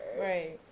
right